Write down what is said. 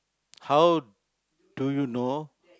how do you know